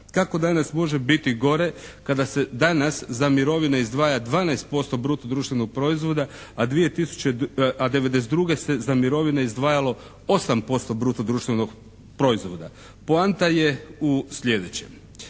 Kako danas može biti gore kada se danas za mirovine izdvaja 12% bruto društvenog proizvoda, a 92. se za mirovine izdvajalo 8% bruto društvenog proizvoda. Poanta je u sljedećem.